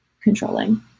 controlling